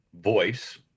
voice